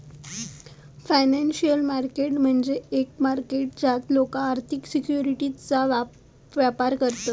financial market म्हणजे एक market ज्यात लोका आर्थिक सिक्युरिटीजचो व्यापार करतत